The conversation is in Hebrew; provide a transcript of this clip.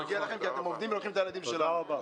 מגיע לכם, אתם עובדים ולוקחים את הילדים שלנו.